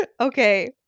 Okay